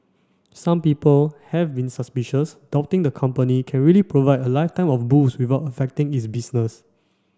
some people have been suspicious doubting the company can really provide a lifetime of booze without affecting its business